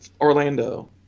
Orlando